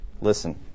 Listen